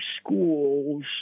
schools